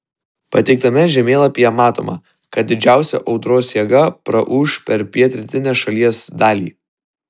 pateiktame žemėlapyje matoma kad didžiausia audros jėga praūš per pietrytinę šalies dalį